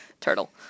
turtle